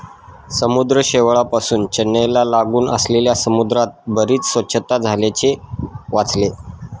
समुद्र शेवाळापासुन चेन्नईला लागून असलेल्या समुद्रात बरीच स्वच्छता झाल्याचे वाचले